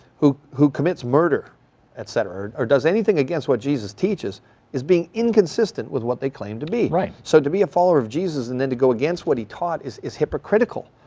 who who commits murder etc or does anything against what jesus teaches is being inconsistent with what they claim to be. so to be a follower of jesus and then to go against what he taught is is hypocritical.